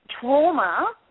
trauma